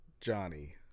Johnny